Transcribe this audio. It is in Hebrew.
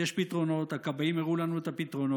יש פתרונות, הכבאים הראו לנו את הפתרונות.